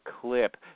clip